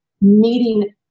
meeting